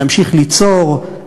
להמשך ליצור,